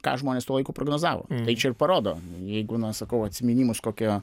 ką žmonės tuo laiku prognozavo ir parodo jeigu na sakau atsiminimus kokio